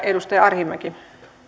edustaja arhinmäki